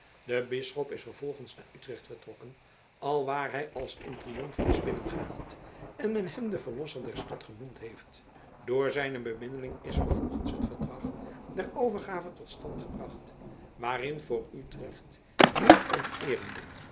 de bisschop is vervolgens naar utrecht vertrokken alwaar hij als in triomf is binnengehaald en men hem den verlosser der stad genoemd heeft door zijne bemiddeling is vervolgens het verdrag der overgave tot stand gebracht waarin voor utrecht meer onteerende